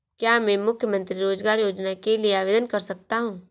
क्या मैं मुख्यमंत्री रोज़गार योजना के लिए आवेदन कर सकता हूँ?